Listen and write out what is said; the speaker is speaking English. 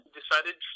decided